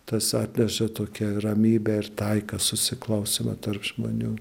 tas atneša tokią ramybę ir taiką susiklausymą tarp žmonių